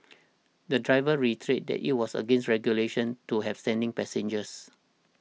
the driver reiterated that it was against regulations to have standing passengers